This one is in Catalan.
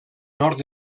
nord